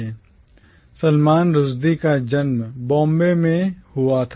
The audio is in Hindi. Salman Rushdie सलमान रुश्दी का जन्म Bombay बॉम्बे में हुआ था